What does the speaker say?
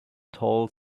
tall